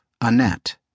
Annette